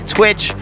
Twitch